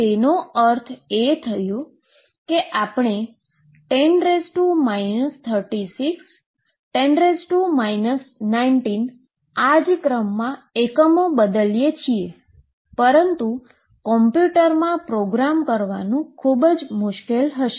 તેનો અર્થ એ કે આપણે ૧૦ ૩૬ ૧૦ ૧૯ આ જ ક્રમમાં એકમો બદલીએ છીએ પરંતુ કમ્પ્યુટરમાં પ્રોગ્રામ કરવાનું ખૂબ મુશ્કેલ હશે